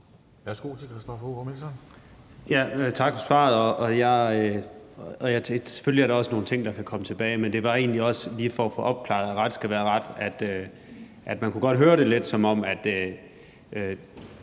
Værsgo til Christoffer Aagaard